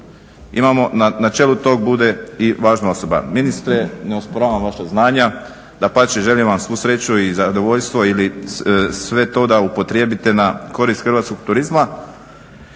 na čelu tog bude i važan osoba. Ministre, ne osporavam vaša znanja, dapače želim vam svu sreću i zadovoljstvo ili sve to da upotrijebite na korist hrvatskog turizma,